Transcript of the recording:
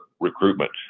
recruitment